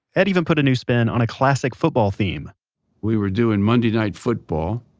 edd even put a new spin on a classic football theme we were doing monday night football,